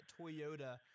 Toyota